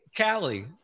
Callie